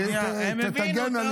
שהיא תגן על ישראל.